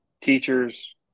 teachers